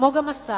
כמו גם השר,